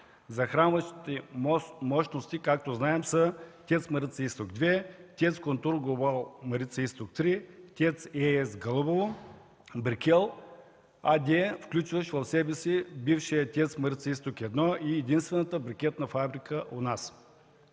Захранващите мощности, както знаем, са ТЕЦ „Марица изток 2”, ТЕЦ „Контур глобал Марица изток 3”, ТЕЦ „AES Гълъбово”, „Брикел” АД, включващ в себе си бившия ТЕЦ „Марица изток 1” и единствената брикетна фабрика у нас.